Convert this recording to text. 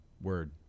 Word